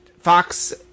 Fox